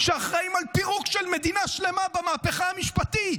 שאחראים על פירוק של מדינה שלמה במהפכה המשפטית.